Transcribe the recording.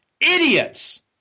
idiots